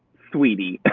sweetie,